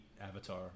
Avatar